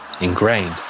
ingrained